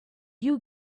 you